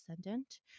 ascendant